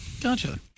Gotcha